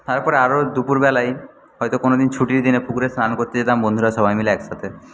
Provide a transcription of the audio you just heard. তারপরে আরও দুপুরবেলায় হয়তো কোনোদিন ছুটির দিনে পুকুরে স্নান করতে যেতাম বন্ধুরা সবাই মিলে একসাথে